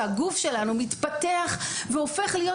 שהגוף שלנו מתפתח והופך להיות,